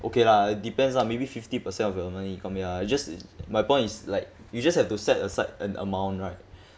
okay lah depends lah maybe fifty percent of your monthly income ya just my point is like you just have to set aside an amount right